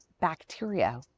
bacteria